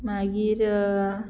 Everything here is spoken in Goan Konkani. मागीर